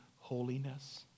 holiness